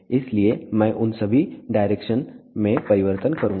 इसलिए मैं उन सभी डायरेक्शन में परिवर्तन करूंगा